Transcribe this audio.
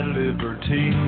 liberty